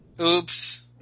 Oops